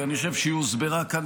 אני חושב שהיא הוסברה כאן,